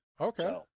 okay